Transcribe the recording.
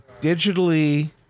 digitally